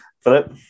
Philip